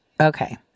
Okay